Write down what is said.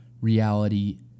reality